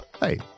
Hey